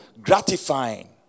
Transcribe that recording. gratifying